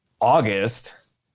August